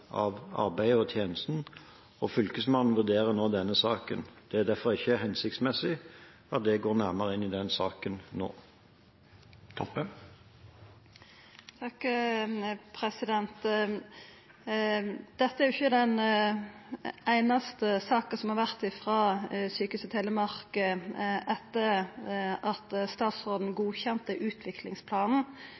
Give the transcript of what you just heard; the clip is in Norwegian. av arbeidet og tjenesten, og Fylkesmannen vurderer nå denne saken. Det er derfor ikke hensiktsmessig at jeg går nærmere inn i denne saken nå. Dette er ikkje den einaste saka som har vore frå Sjukehuset Telemark etter at statsråden godkjente utviklingsplanen